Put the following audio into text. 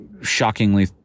shockingly